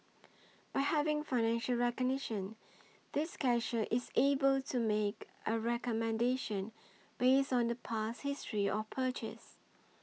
by having facial recognition this cashier is able to make a recommendation based on the past history of purchase